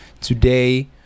Today